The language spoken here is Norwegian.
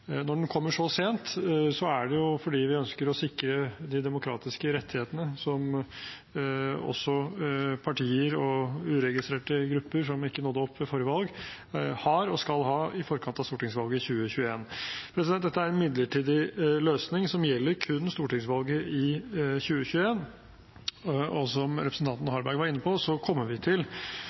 Når den kommer så sent, er det fordi vi ønsker å sikre de demokratiske rettighetene som også partier og uregistrerte grupper som ikke nådde opp ved forrige valg, har og skal ha i forkant av stortingsvalget i 2021. Dette er en midlertidig løsning som gjelder kun stortingsvalget i 2021, og som representanten Harberg var inne på, kommer vi til